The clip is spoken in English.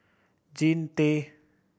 Jean Tay